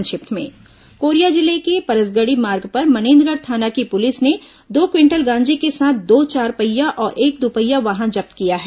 संक्षिप्त समाचार कोरिया जिले के परसगड़ी मार्ग पर मनेन्द्रगढ़ थाना की पुलिस ने दो क्विंटल गांजे के साथ दो चारपहिया और एक दुपहिया वाहन जब्त किया है